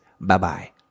Bye-bye